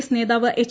S നേതാവ് H